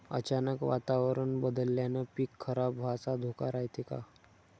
अचानक वातावरण बदलल्यानं पीक खराब व्हाचा धोका रायते का?